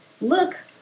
Look